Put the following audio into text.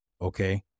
Okay